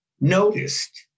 noticed